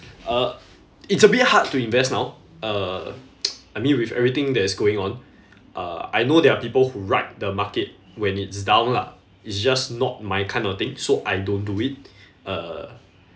uh it's a bit hard to invest now uh I mean with everything that is going on uh I know there are people who ride the market when it's down lah it's just not my kind of thing so I don't do it uh